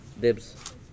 Dibs